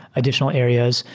additional areas.